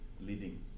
leading